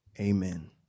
amen